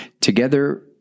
together